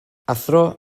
athro